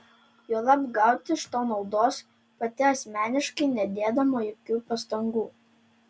juolab gauti iš to naudos pati asmeniškai nedėdama jokių pastangų